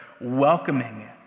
welcoming